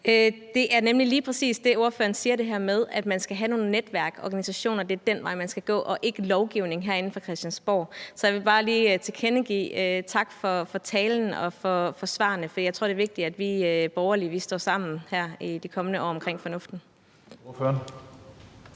Det er lige præcis, som ordføreren siger, nemlig at man skal have nogle netværk og organisationer, og at det er den vej, man skal gå, og at man ikke skal lovgive herinde fra Christiansborg. Så jeg vil bare lige sige tak for talen og for svarene, for jeg tror, det er vigtigt, at vi borgerlige står sammen om fornuften